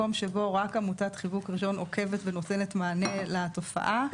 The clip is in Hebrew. עמותת חיבוק ראשון עוקבת ונותנת מענה לתופעה.